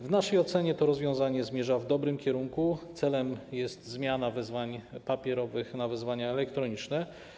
W naszej ocenie to rozwiązanie zmierza w dobrym kierunku, celem jest zmiana wezwań papierowych na wezwania elektroniczne.